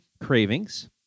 cravings